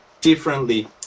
differently